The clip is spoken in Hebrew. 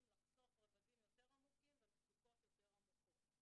לחשוף רבדים יותר עמוקים ומצוקות יותר עמוקות,